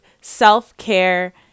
self-care